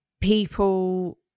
people